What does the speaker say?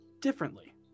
differently